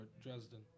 Dresden